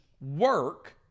work